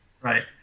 Right